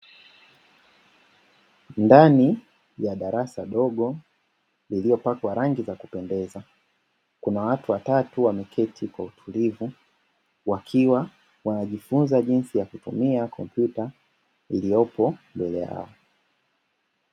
Ndani ya darasa dogo lililopakwa rangi na kupendeza kuna watu watatu wameketi kwa utulivu, wakiwa wanajifunza jinsi ya kutumia kompyuta iliyopo mbele yao.